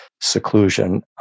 seclusion